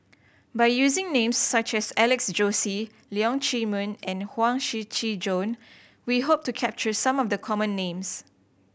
by using names such as Alex Josey Leong Chee Mun and Huang Shiqi Joan we hope to capture some of the common names